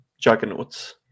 juggernauts